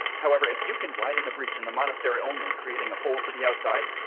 however, if you can widen the breach in the monastery only, creating a hole to the outside,